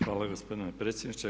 Hvala gospodine predsjedniče.